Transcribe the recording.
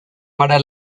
para